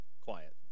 quiet